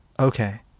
Okay